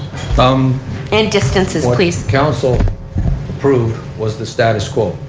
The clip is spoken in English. um and distances, please. counsel approved was the status quo.